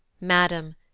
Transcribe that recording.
Madam